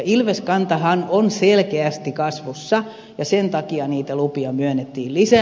ilveskantahan on selkeästi kasvussa ja sen takia niitä lupia myönnettiin lisää